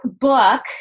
book